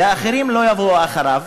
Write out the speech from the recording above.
ואחרים לא יבואו אחריו.